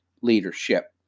leadership